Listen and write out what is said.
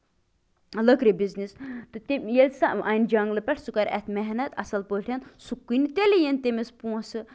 لٔکٕرِ business تہٕ ییٚلہِ سۄ اَنہِ جَنگلہٕ پیٚٹھ سُہ کرِ اَتھ محنت اَصٕل پٲٹھۍ سُہ کٕنہِ تیٚلہِ ییٚلہِ تٔمِس پوٚنسہٕ